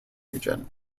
region